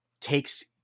takes